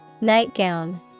Nightgown